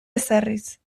ezarriz